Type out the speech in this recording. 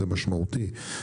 זה משמעותי.